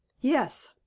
Yes